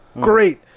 great